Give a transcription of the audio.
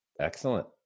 Excellent